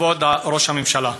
כבוד ראש הממשלה,